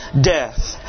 death